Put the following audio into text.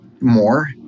more